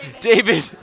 David